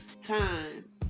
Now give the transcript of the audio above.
time